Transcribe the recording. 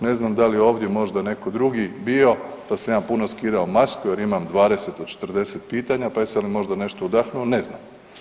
Ne znam da li je ovdje možda netko drugi bio pa sam ja puno skidao masku jer imam 20 do 40 pitanja pa, jesam li možda nešto udahnuo, ne znam.